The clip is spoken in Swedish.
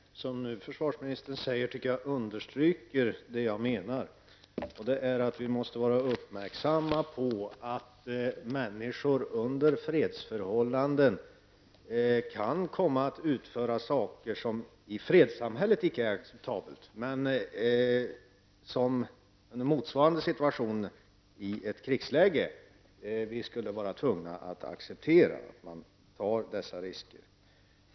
Herr talman! Jag tycker att det som försvarsministern nu säger understryker det som jag menar, nämligen att vi måste vara uppmärksamma på att människor under fredsförhållanden kan komma att utsättas för risker som under fredstid icke är acceptabla, även om vi i motsvarande situation i ett krigsläge skulle vara tvungna att acceptera dem.